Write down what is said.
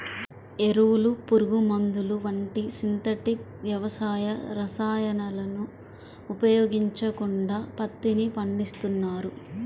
ఎరువులు, పురుగుమందులు వంటి సింథటిక్ వ్యవసాయ రసాయనాలను ఉపయోగించకుండా పత్తిని పండిస్తున్నారు